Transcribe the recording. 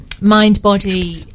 mind-body